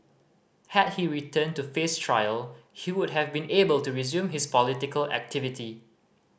had he returned to face trial he would have been able to resume his political activity